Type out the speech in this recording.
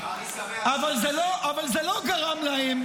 אבל זה לא גרם להם,